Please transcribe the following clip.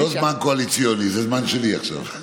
זה לא זמן קואליציוני, זה זמן שלי עכשיו.